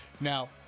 Now